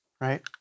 right